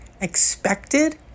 expected